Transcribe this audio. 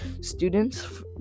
students